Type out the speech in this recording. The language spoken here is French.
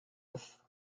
neuf